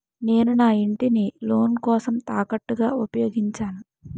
నేను నా ఇంటిని లోన్ కోసం తాకట్టుగా ఉపయోగించాను